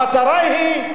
המטרה היא,